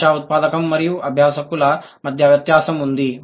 భాషా ఉత్పాదకం మరియు అభ్యాసకుల మధ్య వ్యత్యాసం ఉంది